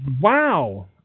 Wow